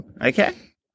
Okay